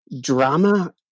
drama